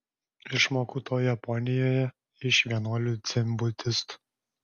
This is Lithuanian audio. išmokau to japonijoje iš vienuolių dzenbudistų